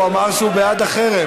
הוא אמר שהוא בעד החרם,